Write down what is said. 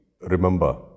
Remember